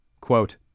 Quote